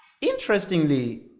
Interestingly